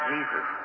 Jesus